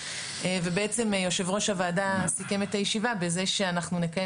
ובעצם יושב-ראש הוועדה סיכם את הישיבה בזה שאנחנו נקיים